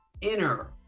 inner